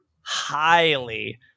highly